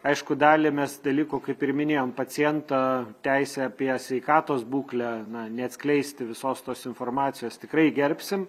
aišku dalį mes dalykų kaip ir minėjom paciento teisę apie sveikatos būklę na neatskleisti visos tos informacijos tikrai gerbsim